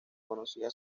conocía